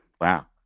Wow